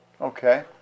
Okay